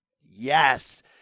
yes